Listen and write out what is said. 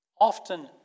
Often